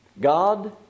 God